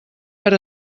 per